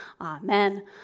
Amen